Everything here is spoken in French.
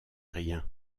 rien